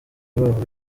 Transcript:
baho